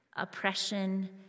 oppression